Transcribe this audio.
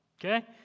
okay